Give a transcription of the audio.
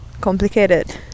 complicated